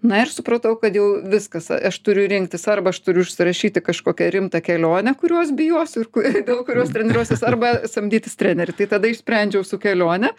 na ir supratau kad jau viskas aš turiu rinktis arba aš turiu užsirašyt į kažkokią rimtą kelionę kurios bijosiu ir kur dėl kurios treniruosiuos arba samdytis trenerį tai tada išsprendžiau su kelione